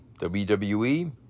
WWE